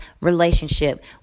relationship